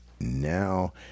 Now